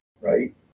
right